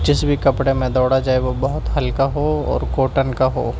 جس بھی کپڑے میں دوڑا جائے وہ بہت ہلکا ہو اور کاٹن کا ہو